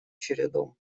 чередом